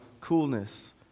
coolness